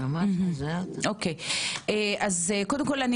קודם כל,